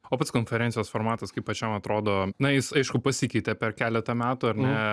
o pats konferencijos formatas kaip pačiam atrodo na jis aišku pasikeitė per keletą metų ar ne